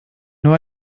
nur